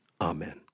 Amen